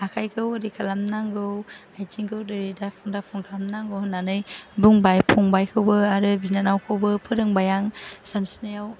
आखाइखौ ओरै खालामनांगौ आथिंखौ ओरै दाफुं दाफुं खालामनांगौ होननानै बुंबाय फंबायखौबो आरो बिनानावखौबो फोरोंबाय आं सानस्रिनायाव